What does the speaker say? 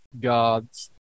God's